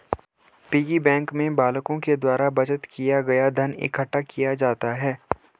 piggy bank में बालकों के द्वारा बचत किया गया धन इकट्ठा किया जाता है